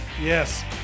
Yes